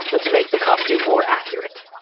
but to make the costume more accurate.